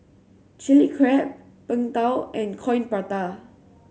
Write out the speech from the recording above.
Chilli Crab Png Tao and Coin Prata